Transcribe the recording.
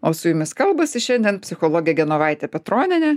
o su jumis kalbasi šiandien psichologė genovaitė petronienė